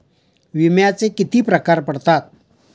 विम्याचे किती प्रकार पडतात?